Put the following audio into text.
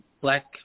black